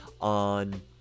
on